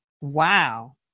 Wow